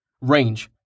Range